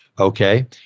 Okay